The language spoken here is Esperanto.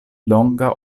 longa